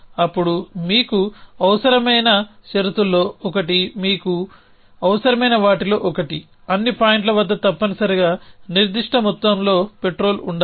అప్పుడు మీకు అవసరమైన షరతుల్లో ఒకటి మీకు అవసరమైన వాటిలో ఒకటి అన్ని పాయింట్ల వద్ద తప్పనిసరిగా నిర్దిష్ట మొత్తంలో పెట్రోల్ ఉండాలి